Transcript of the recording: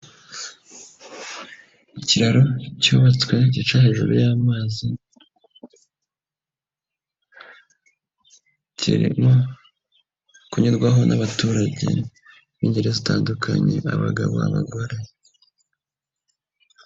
Ikiraro cyubatswe gica hejuru y'amazi, kirimo kunyurwaho n'abaturage b'ingeri zitandukanye, abagabo n'abagore.